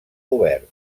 obert